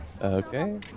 Okay